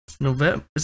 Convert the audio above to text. november